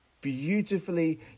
beautifully